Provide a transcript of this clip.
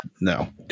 No